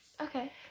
Okay